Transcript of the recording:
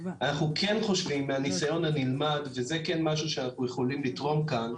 אני כן חושבים מהניסיון הנלמד וזה כן משהו שאנחנו יכולים לתרום כאן,